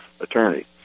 attorney